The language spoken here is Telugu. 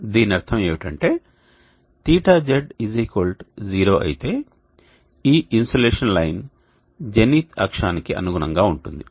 దీని అర్థం ఏమిటంటే θz 0 అయితే ఈ ఇన్సోలేషన్ లైన్ జెనిత్ అక్షానికి అనుగుణంగా ఉంటుంది